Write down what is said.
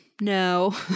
No